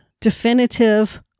definitive